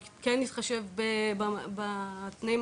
צריך להבין את הסוגייה